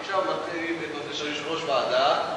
עכשיו נתחיל בנושא של יושב-ראש ועדה,